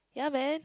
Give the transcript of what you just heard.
ya man